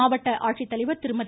மாவட்ட ஆட்சித்தலைவர் திருமதி